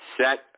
set